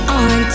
on